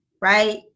right